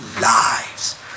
lives